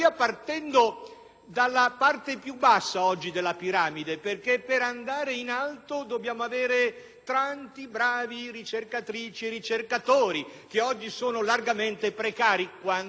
dalla parte più bassa della piramide, perché per andare in alto dobbiamo avere tanti bravi ricercatrici e ricercatori, che oggi sono largamente precari, quando va bene,